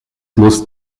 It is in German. muss